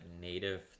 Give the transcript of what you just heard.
native